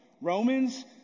Romans